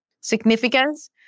significance